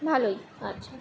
ভালোই আচ্ছা